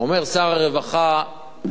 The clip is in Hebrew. אומר שר הרווחה,